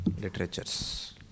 literatures